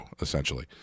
essentially